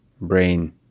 brain